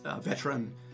veteran